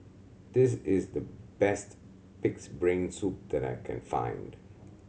this is the best Pig's Brain Soup that I can find